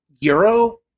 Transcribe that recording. Euro